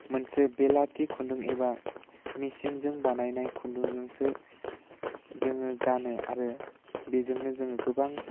मोनसे बेलाथि खुन्दुं एबा मेचिनजों बानायनाय खुन्दुंजोंसो जोङो गानो आरो बेजोंनो जोङो गोबां